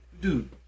Dude